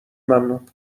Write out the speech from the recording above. ممنون